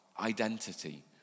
identity